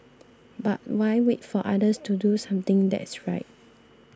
but why wait for others to do something that's right